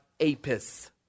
Apis